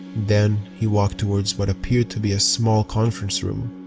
then he walked toward what appeared to be a small conference room.